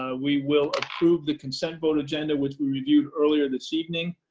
ah we will approve the consent vote agenda, which we reviewed earlier this evening.